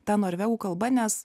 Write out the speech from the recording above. ta norvegų kalba nes